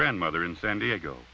grandmother in san diego